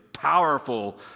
powerful